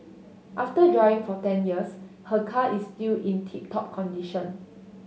after driving for ten years her car is still in tip top condition